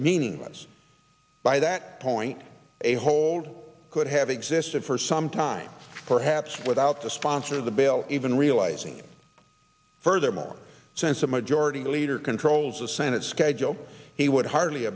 meaningless by that point a hold could have existed for some time perhaps without the sponsor of the bill even realizing furthermore since the majority leader controls the senate schedule he would hardly